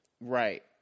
Right